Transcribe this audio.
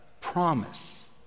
promise